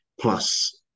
plus